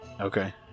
Okay